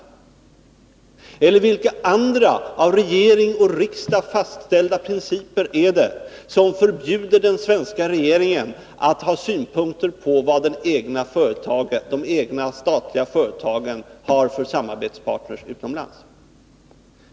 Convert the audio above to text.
Eller vilka andra av regering och riksdag fastställda principer är det som förbjuder den svenska regeringen att ha synpunkter på vad de egna statliga företagen har för samarbetspartner utomlands?